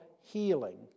healing